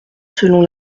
selon